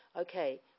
Okay